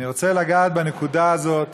אני רוצה לגעת בנקודה הזאת